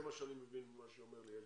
זה מה שאני מבין ממה שאומר לי אלקין.